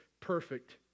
perfect